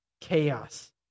chaos